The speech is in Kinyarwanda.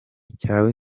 cyawe